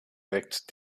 weckt